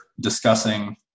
discussing